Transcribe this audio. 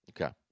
Okay